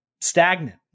stagnant